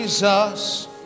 Jesus